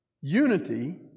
Unity